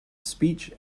speech